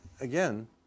again